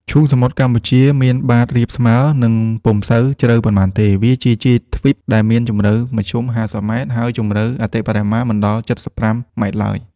ឈូងសមុទ្រកម្ពុជាមានបាតរាបស្មើ និងពុំសូវជ្រៅប៉ុន្មានទេ វាជាជាយទ្វីបដែលមានជំរៅមធ្យម ៥០ ម៉ែត្រ ហើយជំរៅអតិបរមាមិនដល់ ៧៥ ម៉ែត្រឡើយ។